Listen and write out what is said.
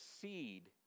seed